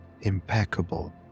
impeccable